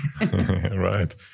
right